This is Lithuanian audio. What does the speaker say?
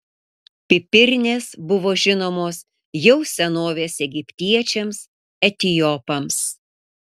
pipirnės buvo žinomos jau senovės egiptiečiams etiopams